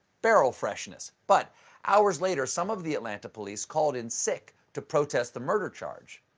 barrel freshness. but hours later, some of the atlanta police called in sick to protest the murder charge.